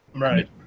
Right